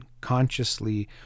consciously